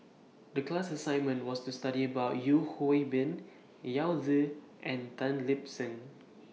The class assignment was to study about Yeo Hwee Bin Yao Zi and Tan Lip Seng